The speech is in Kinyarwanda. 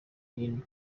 hino